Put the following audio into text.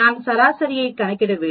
நான்சராசரியைக் கணக்கிட வேண்டும்